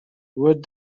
what